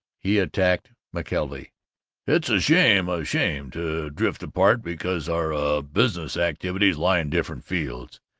he attacked mckelvey it's a shame, ah, shame to drift apart because our, ah, business activities lie in different fields.